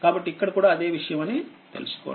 కాబట్టిఇక్కడ కూడా అదే విషయం అని తెలుసుకోండి